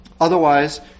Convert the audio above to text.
Otherwise